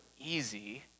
easy